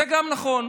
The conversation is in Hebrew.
זה גם נכון.